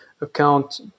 account